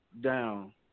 down